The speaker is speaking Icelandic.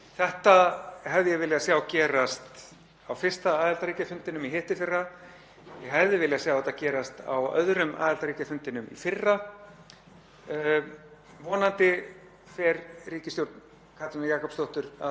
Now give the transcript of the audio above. Vonandi fer ríkisstjórn Katrínar Jakobsdóttur að hætta í þessu þrjóskukasti og mætir alla vega sem áheyrnarfulltrúi á þriðja aðildarríkjafundinn sem haldinn verður á næsta ári,